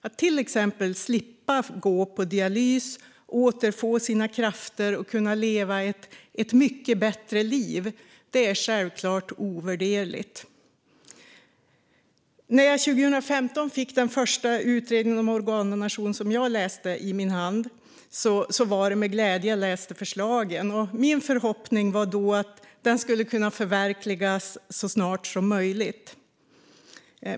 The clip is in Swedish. Att till exempel slippa gå på dialys, återfå sina krafter och kunna leva ett mycket bättre liv är självklart ovärderligt. När jag 2015 för första gången fick en utredning om organdonation i min hand läste jag med glädje förslagen, och min förhoppning var att de skulle kunna förverkligas så snart som möjligt.